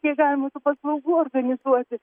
kiek galima tų paslaugų organizuoti